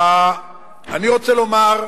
אני רוצה לומר,